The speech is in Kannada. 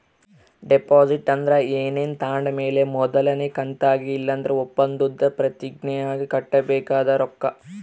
ಡೆಪಾಸಿಟ್ ಅಂದ್ರ ಏನಾನ ತಾಂಡ್ ಮೇಲೆ ಮೊದಲ್ನೇ ಕಂತಾಗಿ ಇಲ್ಲಂದ್ರ ಒಪ್ಪಂದುದ್ ಪ್ರತಿಜ್ಞೆ ಆಗಿ ಕಟ್ಟಬೇಕಾದ ರೊಕ್ಕ